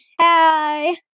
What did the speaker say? Hi